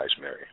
Mary